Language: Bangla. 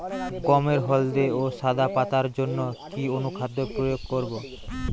গমের হলদে ও সাদা পাতার জন্য কি অনুখাদ্য প্রয়োগ করব?